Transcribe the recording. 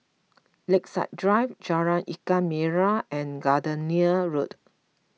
Lakeside Drive Jalan Ikan Merah and Gardenia Road